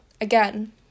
again